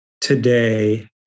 today